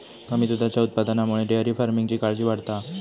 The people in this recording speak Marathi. कमी दुधाच्या उत्पादनामुळे डेअरी फार्मिंगची काळजी वाढता हा